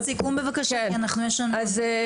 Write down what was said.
משפט סיכום בבקשה, כי יש לנו עוד.